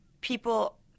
people –